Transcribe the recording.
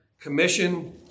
commission